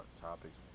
topics